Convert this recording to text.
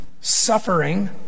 suffering